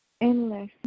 endless